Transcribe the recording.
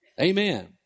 amen